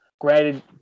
Granted